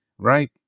right